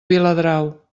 viladrau